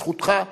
זכותך,